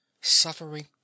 suffering